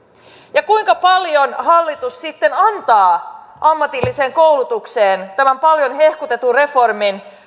ja kuinka paljon hallitus sitten antaa ammatilliseen koulutukseen tämän paljon hehkutetun reformin